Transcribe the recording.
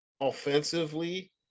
offensively